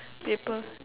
paper